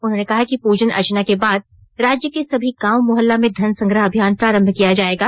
उन्होंने कहा कि प्रजन अर्चना के बाद राज्य के सभी गांव मुहल्ला में धन संग्रह अभियान प्रारंभ किया जायेगा